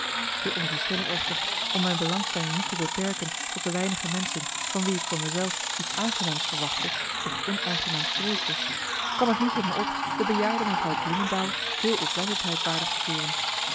te onverschillig echter om mijn bemarcellus emants een nagelaten bekentenis langstelling niet te beperken tot de weinige menschen van wie ik voor me zelf iets aangenaams verwachtte of onnagnenaams vreesde kwam t niet in me op de bejaarde mevrouw bloemendael veel oplettendheid waardig te keuren